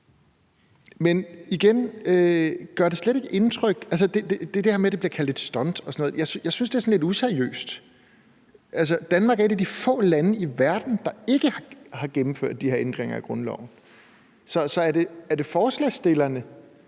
jeg høre: Gør det slet ikke indtryk? Altså, det der med, at det bliver kaldt et stunt og sådan noget, synes jeg er sådan lidt useriøst. Danmark er et af de få lande i verden, der ikke har gennemført de her ændringer i grundloven. Så er det forslagsstillerne,